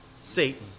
Satan